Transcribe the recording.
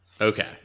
Okay